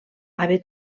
haver